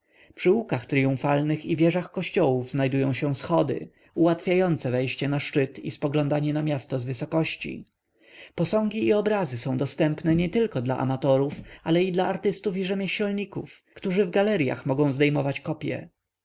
przy łukach tryumfalnych i wieżach kościołów znajdują się schody ułatwiające wejście na szczyt i spoglądanie na miasto z wysokości posągi i obrazy są dostępne nietylko dla amatorów ale dla artystów i rzemieślników którzy w galeryach mogą zdejmować kopie